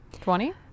twenty